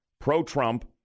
pro-Trump